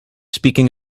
speaking